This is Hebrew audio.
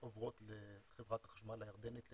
שעוברות לחברת החשמל הירדנית נפקו.